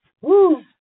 Woo